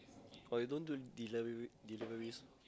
or you don't do delivery deliveries